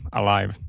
alive